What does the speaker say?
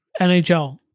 NHL